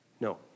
No